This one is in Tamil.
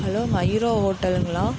ஹலோ மயூரா ஹோட்டலுங்களா